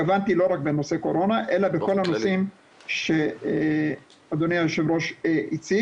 הכוונה היא לא רק בנושא הקורונה אלא בכל הנושאים שאדוני היו"ר הציג,